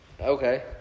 okay